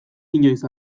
inoiz